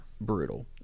brutal